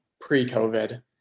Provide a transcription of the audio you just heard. pre-covid